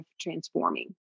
transforming